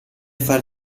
far